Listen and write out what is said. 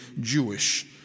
Jewish